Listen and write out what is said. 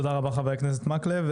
תודה רבה חבר הכנסת מקלב,